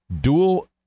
dual